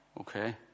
okay